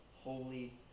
holy